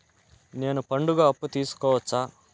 నేను పండుగ అప్పు తీసుకోవచ్చా?